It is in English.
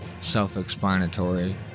self-explanatory